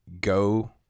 go